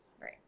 Right